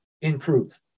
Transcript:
improve